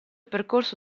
percorso